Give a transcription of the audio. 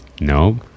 no